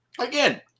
again